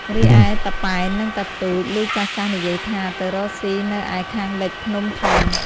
រីឯ តាប៉ែននិងតាទូច ឮចាស់ៗនិយាយថា ទៅរកស៊ីនៅឯខាងលិចភ្នំធំ ។